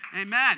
Amen